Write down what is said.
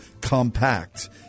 compact